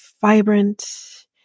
vibrant